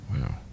Wow